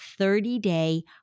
30-day